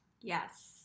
Yes